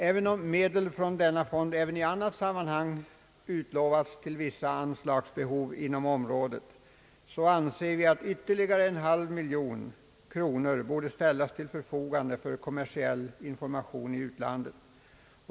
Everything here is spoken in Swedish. Även om medel från denna fond också i annat sammanhang utlovats till vissa anslagsbehov inom området, anser vi att ytterligare en halv miljon kronor borde ställas till förfogande för kommersiell information i utlandet.